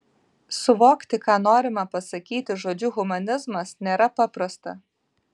suvokti ką norima pasakyti žodžiu humanizmas nėra paprasta